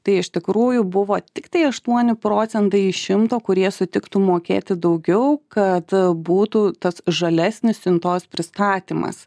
tai iš tikrųjų buvo tiktai aštuoni procentai iš šimto kurie sutiktų mokėti daugiau kad būtų tas žalesnis siuntos pristatymas